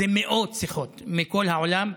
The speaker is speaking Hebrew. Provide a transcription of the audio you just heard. זה מאות שיחות מכל העולם.